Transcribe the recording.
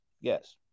Yes